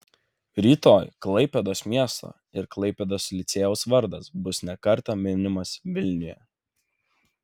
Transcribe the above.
rytoj klaipėdos miesto ir klaipėdos licėjaus vardas bus ne kartą minimas vilniuje